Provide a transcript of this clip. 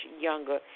younger